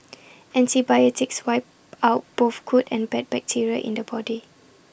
antibiotics wipe out both good and bad bacteria in the body